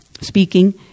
speaking